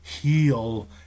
heal